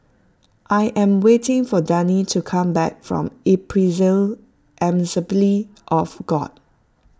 I am waiting for Dagny to come back from Ebenezer Assembly of God